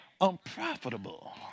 unprofitable